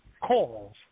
calls